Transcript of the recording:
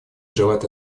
желает